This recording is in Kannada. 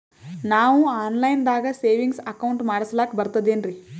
ನಾವು ಆನ್ ಲೈನ್ ದಾಗ ಸೇವಿಂಗ್ಸ್ ಅಕೌಂಟ್ ಮಾಡಸ್ಲಾಕ ಬರ್ತದೇನ್ರಿ?